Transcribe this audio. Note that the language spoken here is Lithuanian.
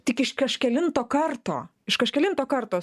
tik iš kažkelinto karto iš kažkelinto karto